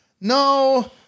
No